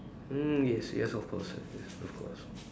mm yes yes of course yes of course